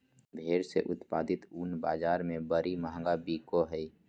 भेड़ से उत्पादित ऊन बाज़ार में बड़ी महंगा बिको हइ